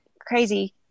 crazy